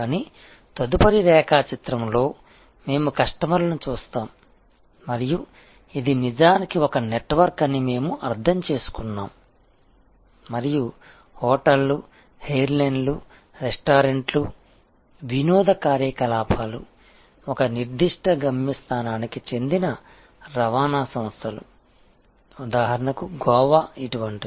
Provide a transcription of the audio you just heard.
కానీ తదుపరి రేఖాచిత్రంలో మేము కస్టమర్లను చూస్తాము మరియు ఇది నిజానికి ఒక నెట్వర్క్ అని మేము అర్థం చేసుకున్నాము మరియు హోటళ్లు ఎయిర్లైన్లు రెస్టారెంట్లు వినోద కార్యకలాపాలు ఒక నిర్దిష్ట గమ్యస్థానానికి చెందిన రవాణా సంస్థలు ఉదాహరణకు గోవా ఇటువంటివి